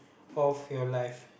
of your life